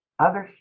Others